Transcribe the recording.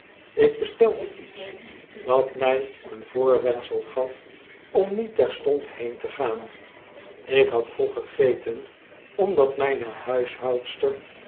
ik hestelde iets dat mg een voorwendsel gaf om niet terstond heen te gaan ik had vroeg gegeten omdat mgne